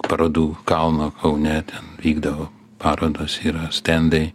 parodų kalno kaune ten vykdavo parodos yra stendai